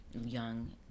young